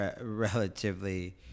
relatively